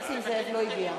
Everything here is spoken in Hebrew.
נסים זאב לא הגיע.